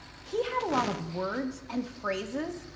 he had a lot of words and phrases,